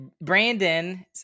Brandon